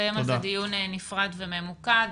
נקיים על זה דיון נפרד וממוקד.